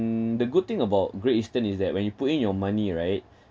the good thing about great eastern is that when you put in your money right